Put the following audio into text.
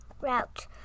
route